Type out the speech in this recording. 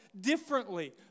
differently